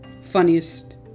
funniest